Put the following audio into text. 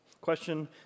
Question